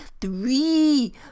three